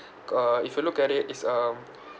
uh if you look at it it's um